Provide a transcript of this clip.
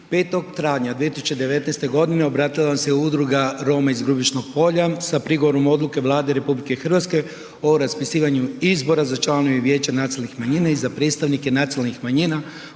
2019.g. obratila nam se Udruga Roma iz Grubišnog Polja sa prigovorom odluke Vlade RH o raspisivanju izbora za članove vijeća nacionalnih manjina i za predstavnike nacionalnih manjina